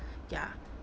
ya